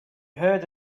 heard